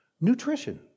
Nutrition